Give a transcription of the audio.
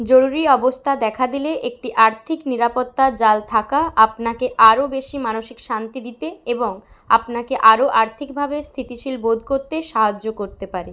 জরুরি অবস্থা দেখা দিলে একটি আর্থিক নিরাপত্তা জাল থাকা আপনাকে আরও বেশি মানসিক শান্তি দিতে এবং আপনাকে আরও আর্থিকভাবে স্থিতিশীল বোধ করতে সাহায্য করতে পারে